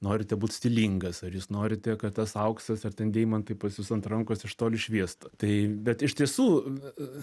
norite būt stilingas ar jūs norite kad tas auksas ar ten deimantai pas jus ant rankos iš toli šviestų tai bet iš tiesų